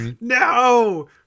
no